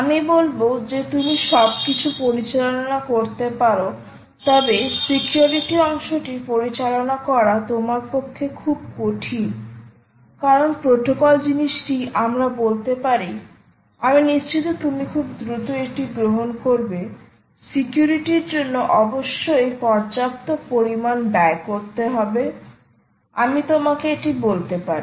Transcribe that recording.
আমি বলব যে তুমি সবকিছু পরিচালনা করতে পার তবে সিকিউরিটি অংশটি পরিচালনা করা তোমার পক্ষে খুব কঠিন কারণ প্রোটোকল জিনিসটি আমরা বলতে পারি আমি নিশ্চিত তুমি খুব দ্রুত এটি গ্রহণ করবে সিকিউরিটির জন্য অবশ্যই পর্যাপ্ত পরিমাণ ব্যয় করতে হবে আমি তোমাকে এটি বলতে পারি